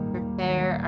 Prepare